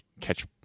catch